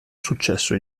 successo